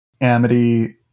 Amity